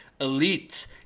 elite